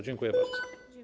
Dziękuję bardzo.